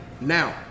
now